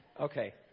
Okay